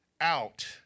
out